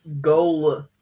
goal